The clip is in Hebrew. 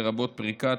לרבות פריקה,